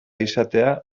izatea